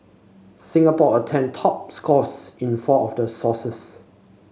Singapore attained top scores in four of those sources